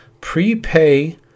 prepay